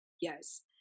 yes